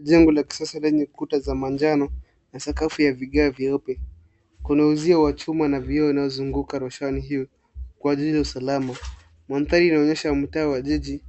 Njia katika eneo hilo imepambwa na kuta za manjano na sakafu ya vigae vyepesi. Kuna uzio wa wachuma na vigae vinavyounganisha eneo hilo. Eneo ni salama. Mlolongo unaonyesha wateja wa kijiji.